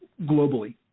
globally